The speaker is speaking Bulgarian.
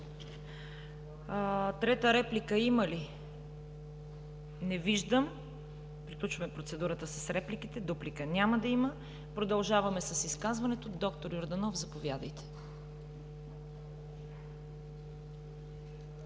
Трета реплика има ли? Не виждам. Приключваме процедурата с репликите. Дуплика няма да има. Продължаваме с изказването. Доктор Йорданов, заповядайте.